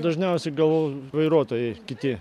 dažniausiai gal vairuotojai kiti